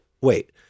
wait